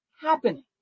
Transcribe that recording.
happening